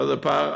זה פר.